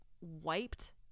wiped